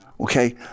okay